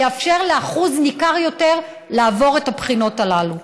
שיאפשר לשיעור ניכר יותר לעבור את הבחינות הללו.